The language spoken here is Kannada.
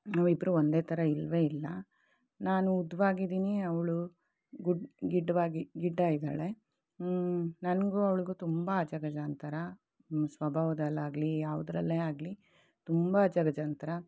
ನಾವಿಬ್ಬರೂ ಒಂದೇ ಥರ ಇಲ್ಲವೇ ಇಲ್ಲ ನಾನು ಉದ್ದವಾಗಿದ್ದೀನಿ ಅವಳು ಗುಡ್ ಗಿಡ್ಡವಾಗಿ ಗಿಡ್ಡ ಇದ್ದಾಳೆ ನನಗೂ ಅವ್ಳಿಗೂ ತುಂಬ ಅಜ ಗಜಾಂತರ ಸಭಾವದಲ್ಲಿ ಆಗಲಿ ಯಾವುದ್ರಲ್ಲೇ ಆಗಲಿ ತುಂಬ ಅಜಗಜಾಂತರ